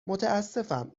متأسفم